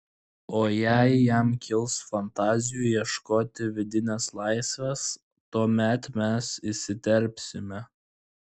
o jei jam kils fantazijų ieškoti vidinės laisvės tuomet mes įsiterpsime